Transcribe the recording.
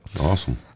Awesome